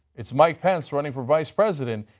it's mike pence, running for vice president.